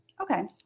Okay